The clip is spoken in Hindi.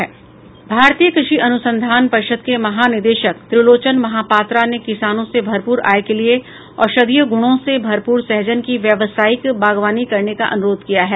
भारतीय कृषि अनुसंधान परिषद के महानिदेशक त्रिलोचन महापात्रा ने किसानों से भरपूर आय के लिए औषधीय गूणों से भरपूर सहजन की व्यावसायिक बागवानी करने का अनुरोध किया है